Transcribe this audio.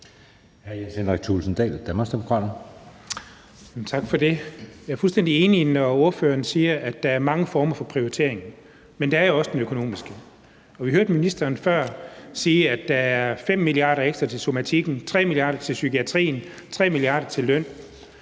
Jeg er fuldstændig enig, når ordføreren siger, at der er mange former for prioriteringer, men der er også den økonomiske. Vi hørte før ministeren sige, at der er 5 mia. kr. ekstra til somatikken, 3 mia. kr. til psykiatrien og 3 mia. kr. til løn.